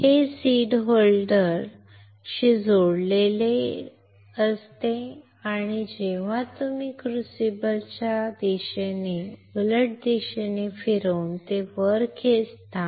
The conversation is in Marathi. हे सीड होल्डरशी जोडलेले किंवा जोडलेले असते आणि जेव्हा तुम्ही क्रुसिबल शाफ्टच्या दिशेने उलट दिशेने फिरवून ते वर खेचता